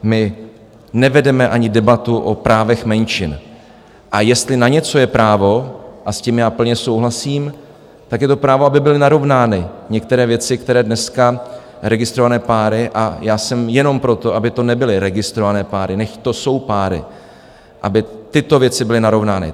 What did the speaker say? My nevedeme ani debatu o právech menšin, a jestli na něco je právo a s tím já plně souhlasím tak je to právo, aby byly narovnány některé věci, které dneska registrované páry a já jsem jenom proto, aby to nebyly registrované páry, nechť to jsou páry aby tyto věci byly narovnány.